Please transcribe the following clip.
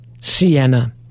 Sienna